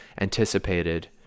anticipated